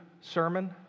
sermon